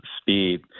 speed